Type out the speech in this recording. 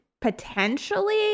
potentially